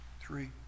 three